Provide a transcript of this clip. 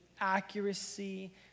accuracy